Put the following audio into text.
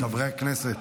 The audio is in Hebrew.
חברי הכנסת.